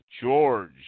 George